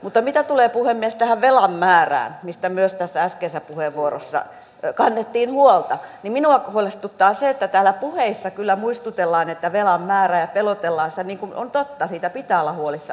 mutta mitä tulee puhemies tähän velan määrään mistä myös äskeisessä puheenvuorossa kannettiin huolta niin minua huolestuttaa se että täällä puheissa kyllä muistutellaan velan määrästä ja pelotellaan sillä niin kuin on totta että siitä pitää olla huolissaan